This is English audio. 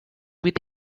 with